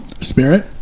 Spirit